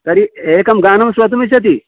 तर्हि एकं गानं श्रोतुमिच्छति